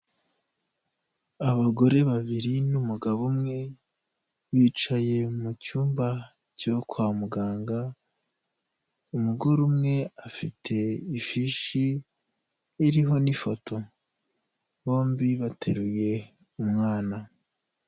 Abagore babiri n'umugabo umwe bicaye mu cyumba cyo kwa muganga, umugore umwe afite ifishi iriho n'ifoto, bombi bateruye umwana.